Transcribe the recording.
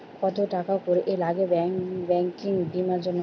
কত টাকা করে লাগে ব্যাঙ্কিং বিমার জন্য?